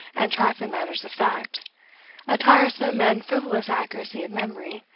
and trifling matters of fact a tiresome and frivolous accuracy of memory,